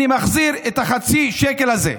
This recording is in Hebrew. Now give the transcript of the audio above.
אני מחזיר את החצי שקל הזה.